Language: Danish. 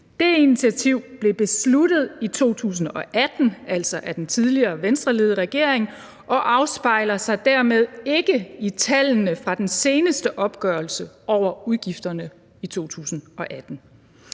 Det initiativ blev besluttet i 2018, altså af den tidligere venstreledede regering, og afspejler sig dermed ikke i tallene fra den seneste opgørelse over udgifterne i 2018.